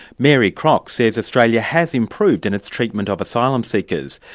mary crock says australia has improved in its treatment of asylum seekers.